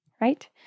right